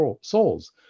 souls